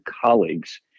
colleagues